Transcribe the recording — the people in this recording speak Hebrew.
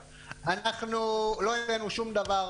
אנחנו לא הבאנו שום דבר.